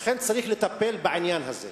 לכן, צריך לטפל בעניין הזה.